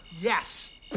Yes